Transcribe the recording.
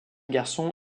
garçon